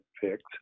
Picked